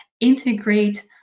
integrate